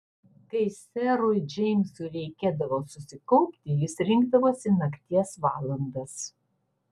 kai serui džeimsui reikėdavo susikaupti jis rinkdavosi nakties valandas